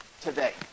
today